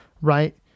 right